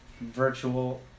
virtual